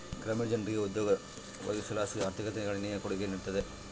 ಗ್ರಾಮೀಣ ಜನರಿಗೆ ಉದ್ಯೋಗ ಒದಗಿಸೋದರ್ಲಾಸಿ ಆರ್ಥಿಕತೆಗೆ ಗಣನೀಯ ಕೊಡುಗೆ ನೀಡುತ್ತದೆ